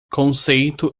conceito